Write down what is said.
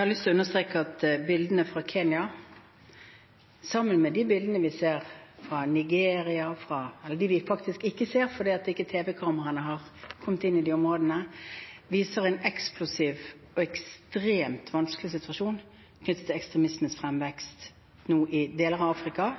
har lyst til å understreke at bildene fra Kenya – sammen med de bildene vi ser fra Nigeria, eller de vi faktisk ikke ser, fordi tv-kameraene ikke har kommet inn i de områdene – viser en eksplosiv og ekstremt vanskelig situasjon knyttet til ekstremismens fremvekst i deler av Afrika.